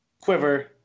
quiver